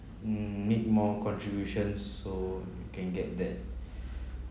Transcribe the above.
mm make more contributions so you can get that